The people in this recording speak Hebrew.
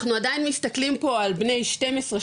אנחנו עדיין מסתכלים פה על בני 12-17,